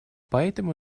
поэтому